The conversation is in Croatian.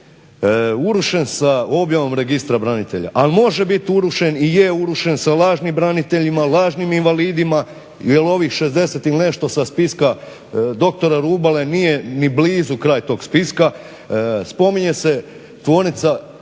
urušen sa objavom registra branitelja, ali može bit urušen i je urušen s lažnim braniteljima, lažnim invalidima jel ovih 60 i nešto sa spiska doktora Rubale nije ni blizu kraj tog spiska. Spominje se bolnica